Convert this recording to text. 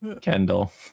Kendall